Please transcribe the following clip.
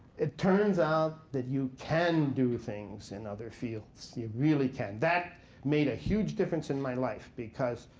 it turns out that you can do things in other fields. you really can. that made a huge difference in my life. because